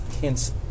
hints